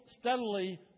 steadily